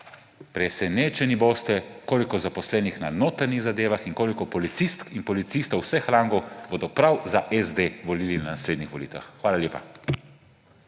presenečeni boste, koliko zaposlenih na notranjih zadevah in koliko policistk in policistov vseh rangov bodo prav za SD volili na naslednjih volitvah. Hvala lepa.